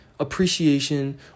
Appreciation